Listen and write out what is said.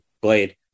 blade